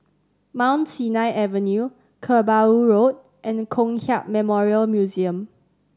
Mount Sinai Avenue Kerbau Road and Kong Hiap Memorial Museum